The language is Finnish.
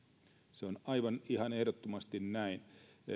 se on aivan ehdottomasti näin